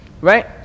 right